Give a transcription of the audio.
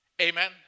Amen